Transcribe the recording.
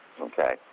Okay